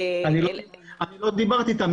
לא דיברתי אתם.